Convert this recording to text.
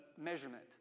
measurement